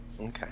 okay